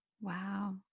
Wow